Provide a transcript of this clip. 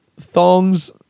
thongs